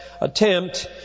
attempt